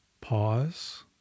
Pause